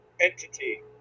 entity